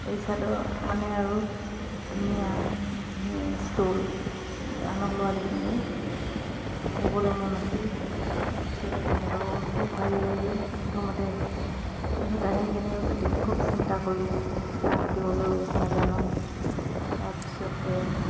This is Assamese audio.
এৰী চাদৰ মানে আৰু ধুনীয়া এই ষ্ট'ল আনক লোৱা দেখোঁ যে ব'বলৈ মন আছিল তাৰপিছতে কেনেকৈ ব'ম খুব ভাবি ভাবি প্ৰথমতে সূতাখিনি কেনেকৈ কাটিম খুব চিন্তা কৰিলোঁ সূতা কাটিবলৈ নাজানো তাৰপিছতে